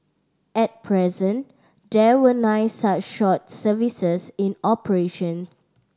at present there were nine such short services in operation